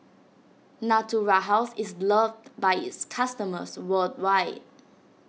Natura House is loved by its customers worldwide